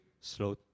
slow